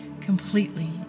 completely